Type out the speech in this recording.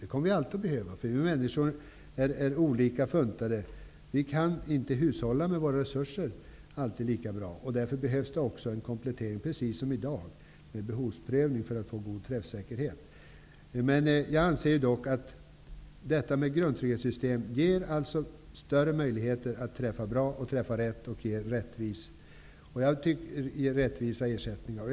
Det kommer alltid att behövas, eftersom vi människor är olika funtade. Vi kan inte alltid hushålla med våra resurser lika bra. Därför behövs det precis som i dag en behovsprövning för att träffsäkerheten skall bli god. Jag anser dock att ett grundtrygghetssystem ger större möjligheter att träffa bra, träffa rätt och ge rättvisa ersättningar.